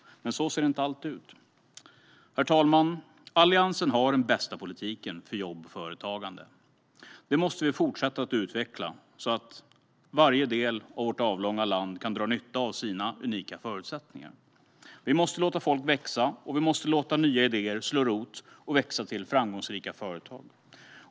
Men så ser det inte alltid ut. Herr talman! Alliansen har den bästa politiken för jobb och företagande. Det måste vi fortsätta att utveckla så att varje del av vårt avlånga land kan dra nytta av sina unika förutsättningar. Vi måste låta folk växa, och vi måste låta nya idéer slå rot och växa till framgångsrika företag.